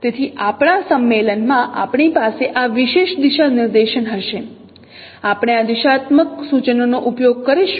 તેથી આપણા સંમેલનમાં આપણી પાસે આ વિશેષ દિશા નિર્દેશન હશે આપણે આ દિશાત્મક સૂચનોનો ઉપયોગ કરીશું